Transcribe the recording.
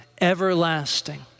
everlasting